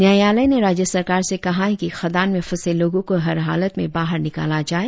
न्यायालय ने राज्य सरकार से कहा है कि खदान में फंसे लोगों को हर हालत में बाहर निकाला जाए